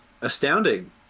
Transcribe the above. astounding